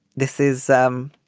this is. um